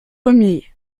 ier